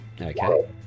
Okay